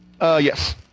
yes